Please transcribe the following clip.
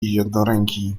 jednoręki